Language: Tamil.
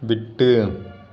விட்டு